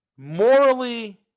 Morally